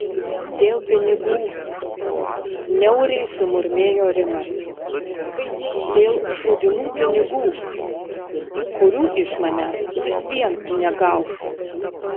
dėl pinigų niauriai sumurmėjo rimas dėl šūdinų pinigų kurių iš manęs vis vien negausi